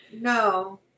no